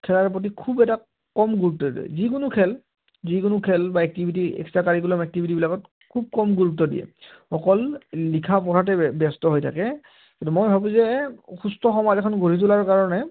খেলাৰ প্ৰতি খুব এটা কম গুৰুত্ব দিয়ে যিকোনো খেল যিকোনো খেল বা এক্টিভিটি এক্সট্ৰা কাৰিকুলাম এক্টিভিটিবিবিলাকত খুব কম গুৰুত্ব দিয়ে অকল লিখা পঢ়াতে ব্যস্ত হৈ থাকে এইটো মই ভাবোঁ যে সুস্থ সমাজ এখন গঢ়ি তোলাৰ কাৰণে